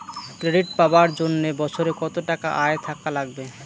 Credit পাবার জন্যে বছরে কত টাকা আয় থাকা লাগবে?